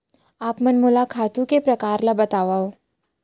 आप मन मोला खातू के प्रकार ल बतावव?